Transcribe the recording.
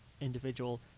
individual